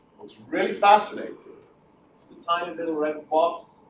what's really fascinating is the tiny little red dots.